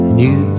new